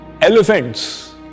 elephants